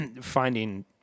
Finding